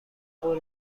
قول